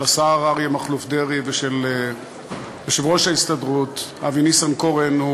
של השר אריה מכלוף דרעי ושל יושב-ראש ההסתדרות אבי ניסנקורן,